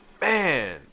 Man